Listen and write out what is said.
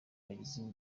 bagize